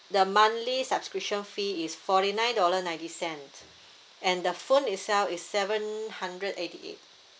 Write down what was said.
the monthly subscription fee is forty nine dollar ninety cent and the phone itself is seven hundred eighty eight